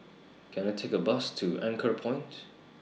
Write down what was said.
Can I Take A Bus to Anchorpoint